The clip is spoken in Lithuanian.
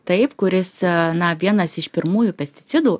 taip kuris na vienas iš pirmųjų pesticidų